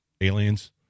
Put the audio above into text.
aliens